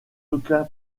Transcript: aucun